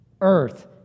earth